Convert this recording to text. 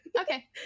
okay